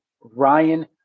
Ryan